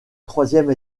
troisième